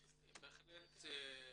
תודה.